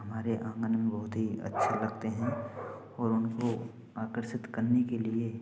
हमारे आंगन बहुत ही अच्छा लगते है और उनको आकर्षित करने के लिए